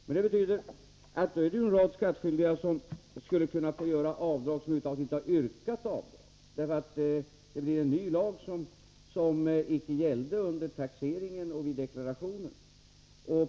Men det betyder att en rad skattskyldiga som över huvud taget inte har yrkat avdrag skulle kunna få göra avdrag. För det som nu föreslås blir en ny lag som icke gällde under taxeringen och vid deklarationen.